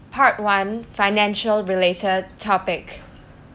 part one financial related topic